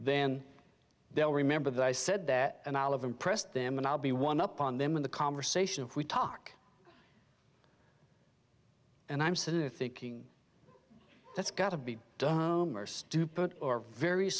then they'll remember that i said that and i love impressed them and i'll be one up on them in the conversation if we talk and i'm sitting there thinking that's got to be dumb or stupid or very